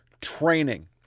training